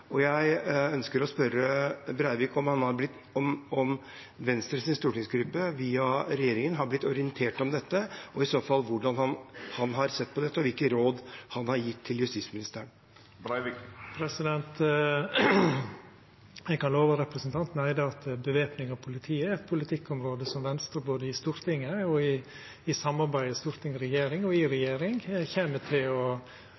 politiet. Jeg ønsker å spørre representanten Breivik om Venstres stortingsgruppe via regjeringen har blitt orientert om dette, og i så fall hvordan han har sett på dette, og hvilke råd han har gitt til justisministeren. Eg kan lova representanten Eide at væpning av politiet er eit politikkområde der Venstre er tungt på banen med sine primærstandpunkt både i Stortinget, i samarbeidet storting og regjering og i